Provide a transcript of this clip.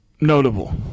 notable